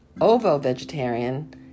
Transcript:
Ovo-vegetarian